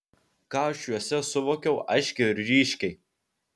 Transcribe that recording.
ką aš juose suvokiau aiškiai ir ryškiai